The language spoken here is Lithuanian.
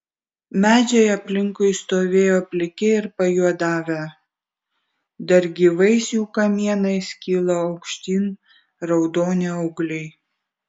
medžiai aplinkui stovėjo pliki ir pajuodavę dar gyvais jų kamienais kilo aukštyn raudoni augliai